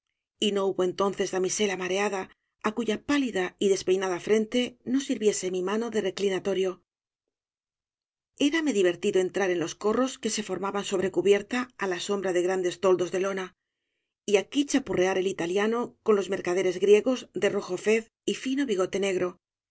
y no hubo entonces damisela mareada á cuya pálida y despeinada frente no sirviese mi mano de reclinatorio érame divertido entrar en los corros que se formaban sobre cubierta á la sombra de grandes toldos de lona y aquí chapurrear el italiano con los mercaderes griegos de rojo fez y fino bigote negro